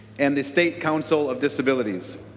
and the state council of disabilities.